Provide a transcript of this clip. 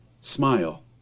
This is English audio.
Smile